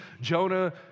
Jonah